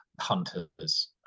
hunters